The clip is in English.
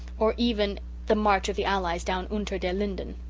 or even the march of the allies down unter den linden.